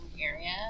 area